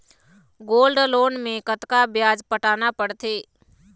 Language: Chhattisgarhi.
गोल्ड लोन मे कतका ब्याज पटाना पड़थे?